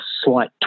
slight